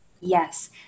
Yes